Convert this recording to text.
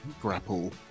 grapple